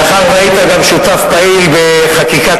מאחר שהיית גם שותף פעיל בחקיקת